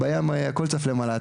הכל צף למעלה,